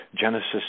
genesis